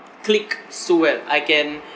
click so well I can